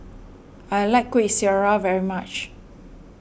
I like Kuih Syara very much